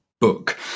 Book